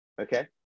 okay